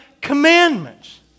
commandments